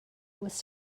was